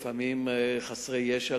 לפעמים חסרי ישע,